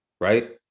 right